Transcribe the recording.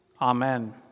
amen